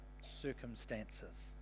circumstances